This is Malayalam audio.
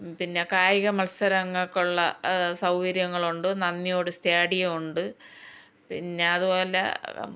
പിന്നെ കായിക മത്സരങ്ങൾക്കുള്ള സൗകര്യങ്ങളുണ്ട് നന്ദിയോട് സ്റ്റേഡിയമുണ്ട് പിന്നെ അതുപോലെ